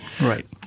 Right